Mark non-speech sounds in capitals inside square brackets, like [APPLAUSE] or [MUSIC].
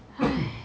[NOISE]